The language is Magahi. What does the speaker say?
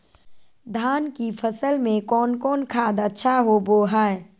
धान की फ़सल में कौन कौन खाद अच्छा होबो हाय?